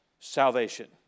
Salvation